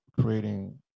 creating